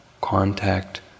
contact